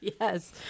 Yes